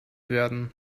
werden